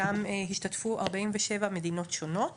שם השתתפו 47 מדינות שונות